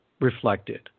reflected